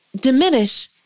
diminish